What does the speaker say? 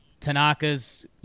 Tanaka's